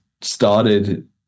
started